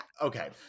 okay